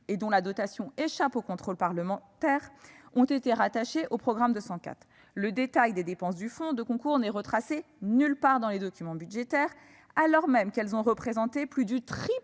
et dont la dotation échappe au contrôle parlementaire, ont été rattachés à ce programme. Le détail des dépenses du fonds de concours n'est retracé nulle part dans les documents budgétaires, alors même que celles-ci ont représenté plus du triple